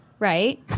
Right